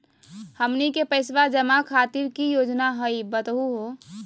हमनी के पैसवा जमा खातीर की की योजना हई बतहु हो?